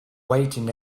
waiting